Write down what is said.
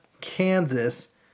Kansas